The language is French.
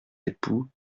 époux